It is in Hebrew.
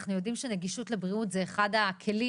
אנחנו יודעים שנגישות לבריאות זה אחד הכלים